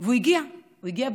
הוא הגיע באוקטובר,